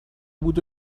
بود